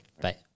Bye